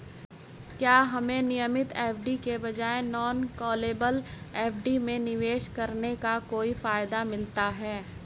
क्या हमें नियमित एफ.डी के बजाय नॉन कॉलेबल एफ.डी में निवेश करने का कोई फायदा मिलता है?